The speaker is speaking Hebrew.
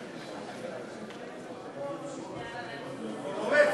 הוא כינס מסיבת